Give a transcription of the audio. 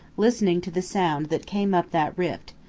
listening to the sound that came up that rift,